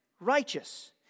righteous